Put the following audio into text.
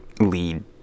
lead